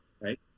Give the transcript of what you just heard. right